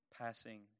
passing